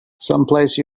someplace